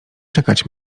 czekać